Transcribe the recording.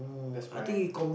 that's my